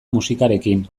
musikarekin